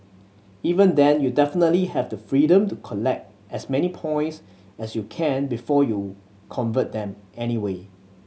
even then you definitely have the freedom to collect as many points as you can before you convert them anyway